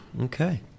Okay